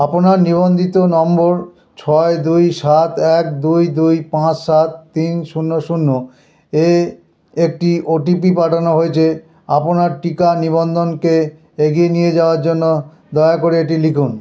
আপনার নিবন্ধিত নম্বর ছয় দুই সাত এক দুই দুই পাঁচ সাত তিন শূন্য শূন্য এ একটি ও টি পি পাঠানো হয়েছে আপনার টিকা নিবন্ধনকে এগিয়ে নিয়ে যাওয়ার জন্য দয়া করে এটি লিখুন